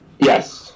Yes